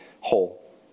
whole